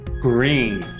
Green